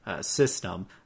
system